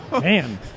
man